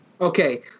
Okay